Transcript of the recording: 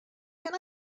can